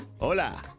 Hola